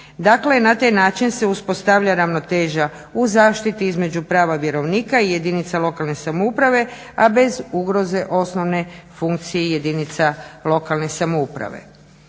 Dakle, na taj način se uspostavlja ravnoteža u zaštiti između prava vjerovnika i jedinica lokalne samouprave a bez ugroze osnovne funkcije jedinica lokalne samouprave.